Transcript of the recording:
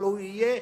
הוא יהיה